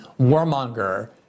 warmonger